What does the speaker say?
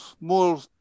more